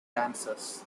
dancers